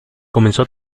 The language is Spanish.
comenzó